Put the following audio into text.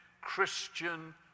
Christian